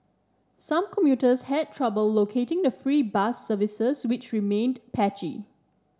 some commuters had trouble locating the free bus services which remained patchy